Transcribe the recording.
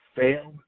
fail